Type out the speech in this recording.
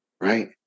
right